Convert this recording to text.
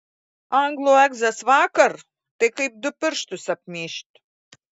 anglų egzas vakar tai kaip du pirštus apmyžt